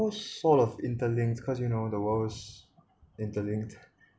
sort of interlinked because you know the world's interlinked